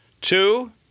Two